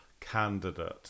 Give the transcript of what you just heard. candidate